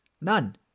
None